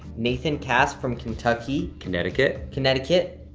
nathan cass from kentucky. connecticut. connecticut.